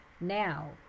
Now